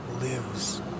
lives